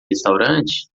restaurante